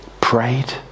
prayed